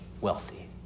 wealthy